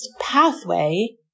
pathway